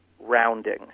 rounding